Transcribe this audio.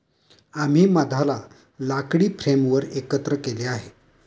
आम्ही मधाला लाकडी फ्रेमवर एकत्र केले आहे